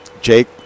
Jake